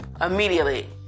Immediately